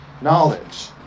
knowledge